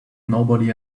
nobody